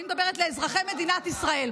אני מדברת לאזרחי מדינת ישראל.